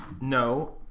No